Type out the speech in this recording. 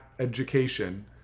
education